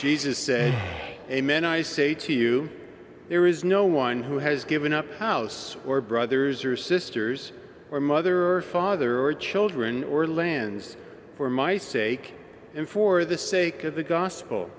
jesus said amen i say to you there is no one who has given up house or brothers or sisters or mother or father or children or lands for my sake and for the sake of the gospel